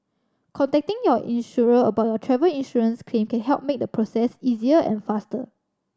contacting your insurer about your travel insurance claim can help make the process easier and faster